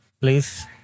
Please